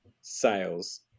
sales